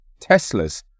Teslas